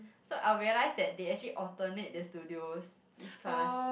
so I realised that they actually alternate the studio each class